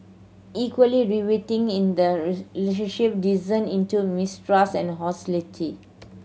equally riveting in the descent into mistrust and hostility